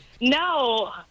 No